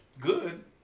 good